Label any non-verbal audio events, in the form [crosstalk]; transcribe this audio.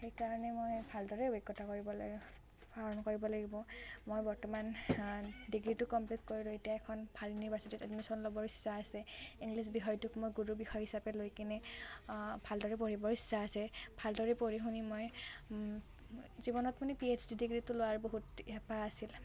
সেইকাৰণে মই ভালদৰে [unintelligible] কৰিবলৈ [unintelligible] কৰিব লাগিব মই বৰ্তমান ডিগ্ৰীটো কমপ্লিট কৰিলো এতিয়া এখন ভাল ইউনিভাৰ্চিটিত এডমিশ্যন ল'ব ইচ্ছা আছে ইংলিছ বিষয়টোক মোৰ গুৰু বিষয় হিচাপে লৈ কিনে ভালদৰে পঢ়িবৰ ইচ্ছা আছে ভালদৰে পঢ়ি শুনি মই জীৱনত মানে পিএইছডি ডিগ্ৰীটো লোৱাৰ বহুত হেঁপাহ আছিল